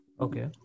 Okay